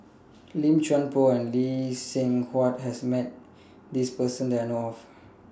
Lim Chuan Poh and Lee Seng Huat has Met This Person that I know of